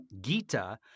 Gita